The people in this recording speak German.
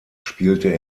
spielte